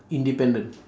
independent